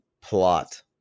plot